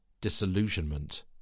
disillusionment